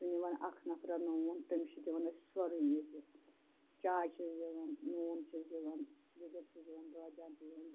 چھُ نِوان اکھ نفرا نوٗن تٔمس چھِ دِوان أسۍ سورے ییٚتہِ چاے چھس دِوان نوٗن چھس دِوان لیٚدر چھِ دِوان بٲدِیان چھِ دِوان